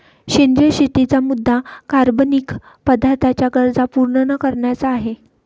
सेंद्रिय शेतीचा मुद्या कार्बनिक पदार्थांच्या गरजा पूर्ण न करण्याचा आहे